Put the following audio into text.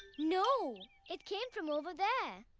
no! it came from over there!